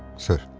sir,